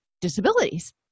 disabilities